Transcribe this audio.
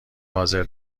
حاضر